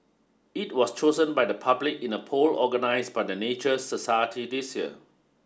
it was chosen by the public in a poll organised by the Nature Society this year